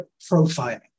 profiling